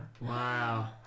Wow